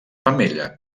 femella